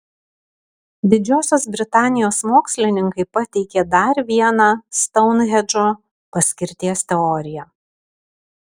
didžiosios britanijos mokslininkai pateikė dar vieną stounhendžo paskirties teoriją